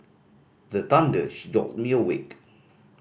the thunder jolt me awake